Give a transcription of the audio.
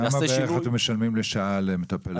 כמה בערך אתם משלמים למטפלת לשעה?